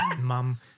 mum